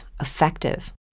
effective